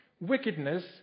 Wickedness